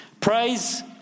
Praise